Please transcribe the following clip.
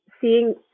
seeing